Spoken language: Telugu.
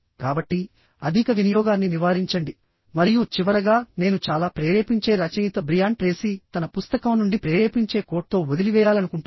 కాబట్టి అధిక వినియోగాన్ని నివారించండి మరియు చివరగా నేను చాలా ప్రేరేపించే రచయిత బ్రియాన్ ట్రేసీ తన పుస్తకం నుండి ప్రేరేపించే కోట్ తో వదిలివేయాలనుకుంటున్నాను